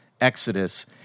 Exodus